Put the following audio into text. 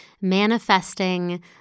manifesting